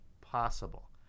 possible